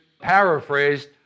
paraphrased